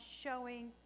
showing